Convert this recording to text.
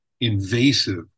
invasive